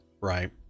right